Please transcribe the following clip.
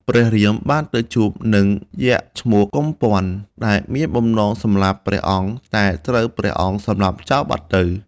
ព្រះរាមបាន ទៅជួបនឹងយក្សឈ្មោះ កុម្ព័ន្ធ ដែលមានបំណងសម្លាប់ព្រះអង្គ តែត្រូវព្រះអង្គសម្លាប់ចោលបាត់ទៅ។